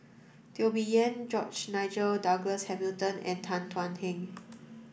Teo Bee Yen George Nigel Douglas Hamilton and Tan Thuan Heng